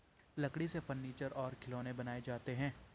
लकड़ी से फर्नीचर और खिलौनें बनाये जाते हैं